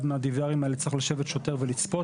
מהדי.וי.ארים האלה צריך לשבת שוטר ולצפות.